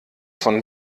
von